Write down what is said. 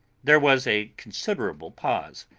there was a considerable pause,